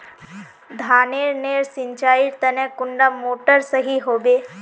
धानेर नेर सिंचाईर तने कुंडा मोटर सही होबे?